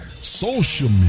social